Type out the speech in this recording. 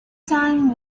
time